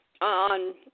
on